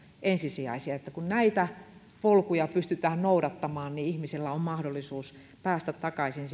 ensisijaisia kun näitä polkuja pystytään noudattamaan niin ihmisellä on mahdollisuus päästä takaisin